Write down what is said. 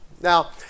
Now